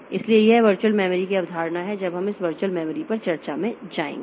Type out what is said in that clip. इसलिए यह virtual memory की अवधारणा है जब हम इस वर्चुअल मेमोरी चर्चा में जाएंगे